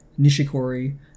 Nishikori